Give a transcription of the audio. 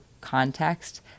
context